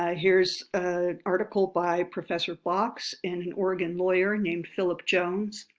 ah here's an article by professor boxx, and an oregon lawyer named phillip jones.